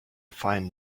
find